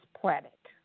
planet